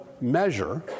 measure